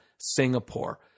Singapore